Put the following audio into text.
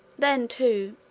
then, too,